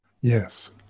Yes